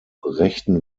rechten